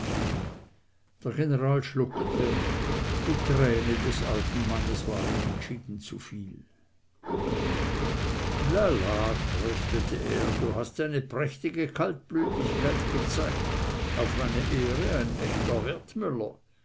der general schluckte die träne des alten mannes war ihm entschieden zuviel la la tröstete er du hast eine prächtige kaltblütigkeit gezeigt auf meine ehre ein echter